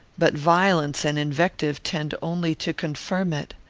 but violence and invective tend only to confirm it.